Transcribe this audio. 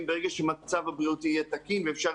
ברגע שהמצב הבריאותי יהיה תקין ואפשר